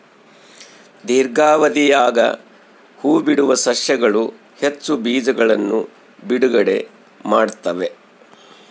ದೀರ್ಘಾವಧಿಯಾಗ ಹೂಬಿಡುವ ಸಸ್ಯಗಳು ಹೆಚ್ಚು ಬೀಜಗಳನ್ನು ಬಿಡುಗಡೆ ಮಾಡ್ತ್ತವೆ